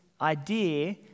idea